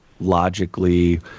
logically